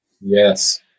Yes